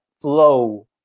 flow